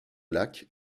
lac